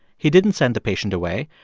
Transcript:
he didn't send the patient away.